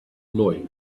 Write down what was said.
noise